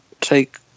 take